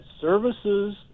services